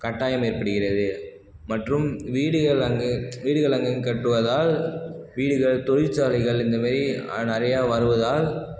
கட்டாயம் ஏற்படுகிறது மற்றும் வீடுகள் அங்கு வீடுகள் அங்கேங்கு கட்டுவதால் வீடுகள் தொழிற்சாலைகள் இந்த மாதிரி நிறைய வருவதால்